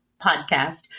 podcast